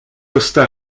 costa